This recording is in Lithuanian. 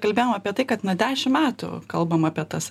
kalbėjom apie tai kad nuo dešim metų kalbam apie tas